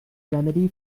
remedy